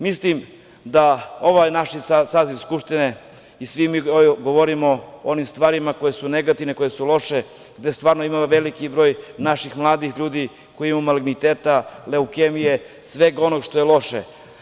Mislim da ovaj naš saziv Skupštine i svi mi govorimo o onim stvarima koje su negativne, koje su loše, gde ima stvarno veliki broj naših mladih ljudi koji imaju maligniteta, leukemije, svega onog što je loše.